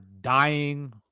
dying